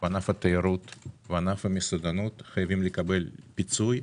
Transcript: התיירות והמסעדנות, חייבים לקבל פיצוי,